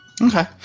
Okay